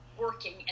working